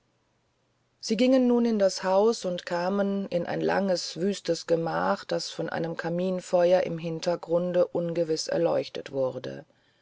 sie gingen nun in das haus und kamen in ein langes wüstes gemach das von einem kaminfeuer im hintergrunde ungewiß erleuchtet wurde